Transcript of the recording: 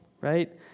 right